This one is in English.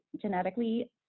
genetically